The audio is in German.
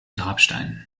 grabstein